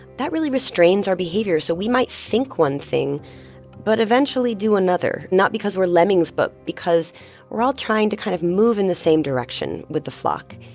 that really restrains our behavior. so we might think one thing but eventually do another not because we're lemmings, but because we're all trying to kind of move in the same direction with the flock.